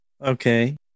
Okay